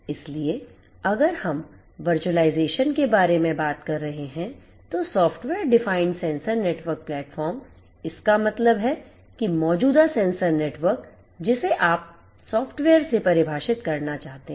इसलिए अगर हम वर्चुअलाइजेशन के बारे में बात कर रहे हैं तो software Defined sensor network platform इसका मतलब है कि मौजूदा सेंसर नेटवर्क जिसे आप सॉफ्टवेयर से परिभाषित करना चाहते हैं